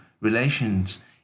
relations